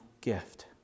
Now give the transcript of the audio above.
gift